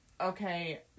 Okay